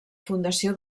fundació